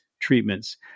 Treatments